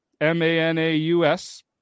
M-A-N-A-U-S